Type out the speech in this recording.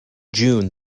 june